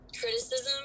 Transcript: criticism